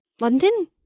London